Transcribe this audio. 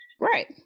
Right